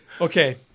Okay